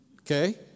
Okay